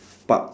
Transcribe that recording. park